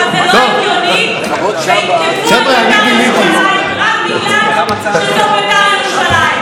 אבל זה לא הגיוני שיתקפו את בית"ר ירושלים רק בגלל שזו בית"ר ירושלים.